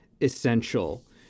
essential